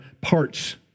parts